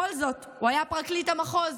בכל זאת, הוא היה פרקליט מחוז.